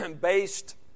based